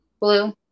Blue